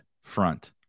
front